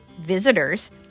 Visitors